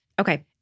Okay